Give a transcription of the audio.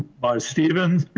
by stevens,